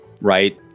right